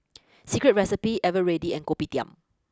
Secret Recipe Eveready and Kopitiam